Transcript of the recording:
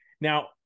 Now